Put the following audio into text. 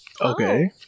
Okay